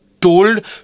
Told